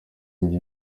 njye